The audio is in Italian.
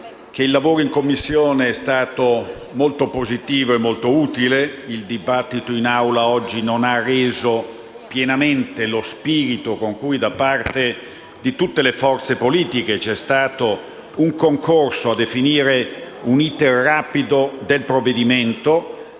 il lavoro in Commissione è stato molto positivo ed utile. Il dibattito in Assemblea oggi non ha reso pienamente lo spirito con cui da parte di tutte le forze politiche vi è stato un concorso a definire un *iter* rapido del provvedimento